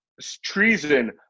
treason